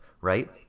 Right